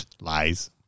Lies